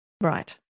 Right